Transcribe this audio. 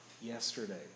yesterday